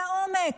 לעומק.